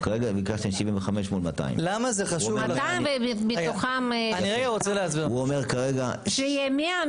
כרגע ביקשתם 75 מול 200. שיהיה 100,